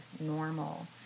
normal